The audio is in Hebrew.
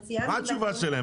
מה הייתה התשובה שלהם?